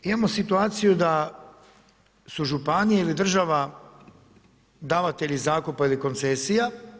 Imamo situacije da su županije ili država davatelji zakupa ili koncesija.